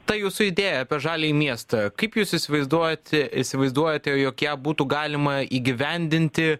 ta jūsų idėja apie žaliąjį miestą kaip jūs įsivaizduojat įsivaizduojate jog ją būtų galima įgyvendinti